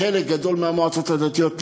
חלק גדול מהמועצות הדתיות,